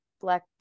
black